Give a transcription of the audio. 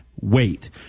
wait